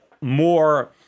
more